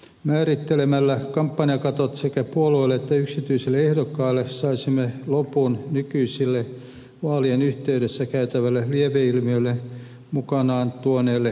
määrittelemällä kampanjakatot sekä puolueille että yksityisille ehdokkaille saisimme lopun nykyiselle vaaleihin liittyvälle lieveilmiölle niiden mukana tulleelle kilpavarustelulle